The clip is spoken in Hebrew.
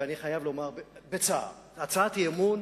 ואני חייב לומר, בצער: הצעת אי-אמון